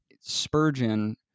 Spurgeon